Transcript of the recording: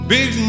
Big